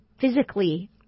physically